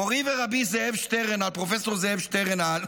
מורי ורבי זאב שטרנהל, פרופ' זאב שטרנהל,